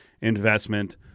investment